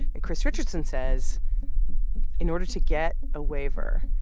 and chris richardson says in order to get a waiver,